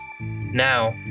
Now